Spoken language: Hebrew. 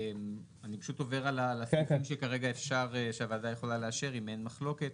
אני פשוט עובר על הסעיפים שהוועדה יכולה לאשר אם אין מחלוקת.